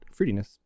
fruitiness